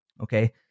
Okay